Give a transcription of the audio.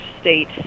state